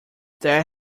there